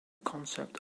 concept